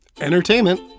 entertainment